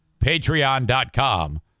Patreon.com